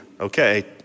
okay